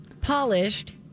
polished